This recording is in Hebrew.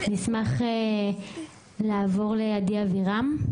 נשמח לעבור לעדי אבירם,